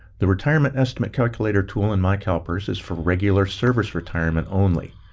the retirement estimate calculator tool in mycalpers is for regular service retirement only.